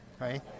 Right